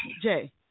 Jay